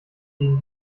gegen